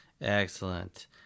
Excellent